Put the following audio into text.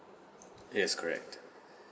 yes correct